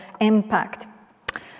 impact